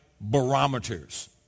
barometers